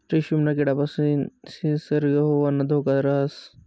रेशीमना किडापासीन संसर्ग होवाना धोका राहस